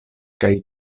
kaj